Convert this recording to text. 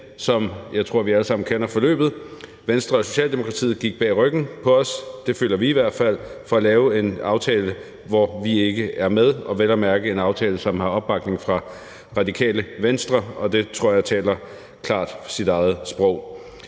Men jeg tror, vi alle sammen kender forløbet: Venstre og Socialdemokratiet gik bag ryggen på os – det føler vi i hvert fald – for at lave en aftale, hvor vi ikke er med, og vel at mærke en aftale, som har opbakning fra Radikale Venstre. Det tror jeg klart taler sit eget sprog.